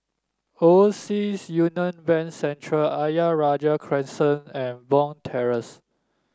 Overseas Union Bank Centre Ayer Rajah Crescent and Bond Terrace